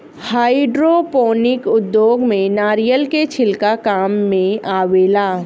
hydroponic उद्योग में नारिलय के छिलका काम मेआवेला